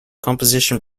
composition